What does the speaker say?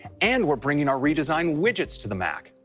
and we're bringing our redesigned widgets to the mac.